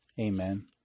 Amen